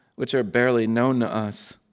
which are barely known to us.